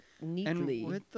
neatly